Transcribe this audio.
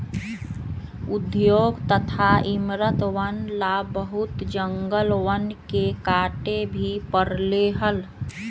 उद्योग तथा इमरतवन ला बहुत जंगलवन के काटे भी पड़ले हल